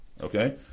Okay